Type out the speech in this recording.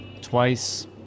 twice